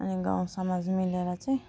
अनि गाउँसमाज मिलेर चाहिँ